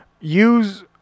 use